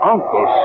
Uncle